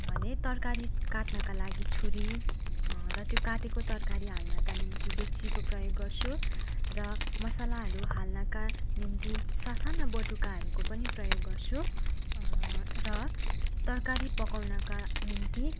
भने तरकारी काट्नका लागि छुरी र त्यो काटेको तरकारी हाल्नाको निम्ति डेक्चीको प्रयोग गर्छु र मसालाहरू हाल्नका निम्ति ससाना बटुकाहरूको पनि प्रयोग गर्छु र तरकारी पकाउनका निम्ति